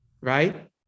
right